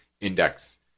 index